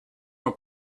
more